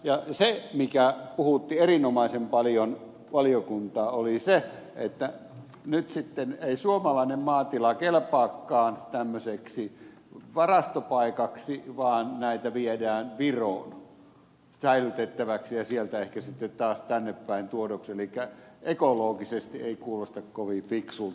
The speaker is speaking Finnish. ja se mikä puhutti erinomaisen paljon valiokuntaa oli se että nyt sitten ei suomalainen maatila kelpaakaan tämmöiseksi varastopaikaksi vaan näitä viedään viroon säilytettäväksi ja sieltä ehkä sitten taas tuodaan tännepäin elikkä ekologisesti ei kuulosta kovin fiksulta